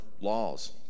laws